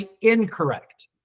incorrect